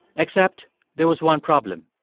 except there was one problem.